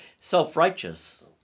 self-righteous